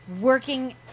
working